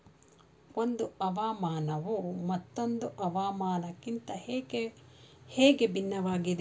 ಒಂದು ಹವಾಮಾನವು ಮತ್ತೊಂದು ಹವಾಮಾನಕಿಂತ ಹೇಗೆ ಭಿನ್ನವಾಗಿದೆ?